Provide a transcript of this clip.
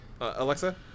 Alexa